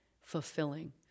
fulfilling